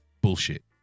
Bullshit